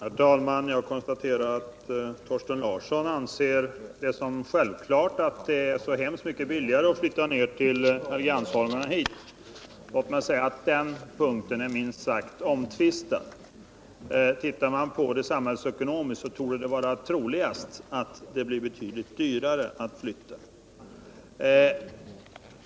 Herr talman! Jag konstaterar att Thorsten Larsson anser det självklart att det är så mycket billigare att flytta till Helgeandsholmen än att vara kvara här. Låt mig säga att den punkten är minst sagt omtvistad. Undersöker man detta samhällsekonomiskt, så torde det vara troligast att det blir betydligt dyrare att flytta.